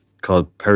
called